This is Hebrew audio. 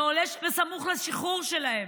ועולה סמוך לשחרור שלהם,